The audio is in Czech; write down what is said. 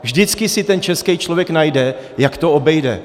Vždycky si ten český člověk najde, jak to obejde.